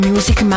Music